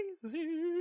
crazy